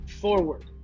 forward